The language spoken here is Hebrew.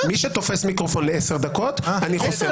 מי שתופס מיקרופון לעשר דקות אני חוסם אותו.